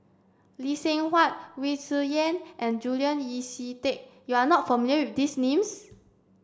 Lee Seng Huat Wu Tsai Yen and Julian Yeo See Teck you are not familiar with these names